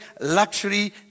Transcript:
luxury